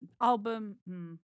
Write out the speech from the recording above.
album